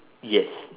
yes